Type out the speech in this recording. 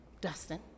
Dustin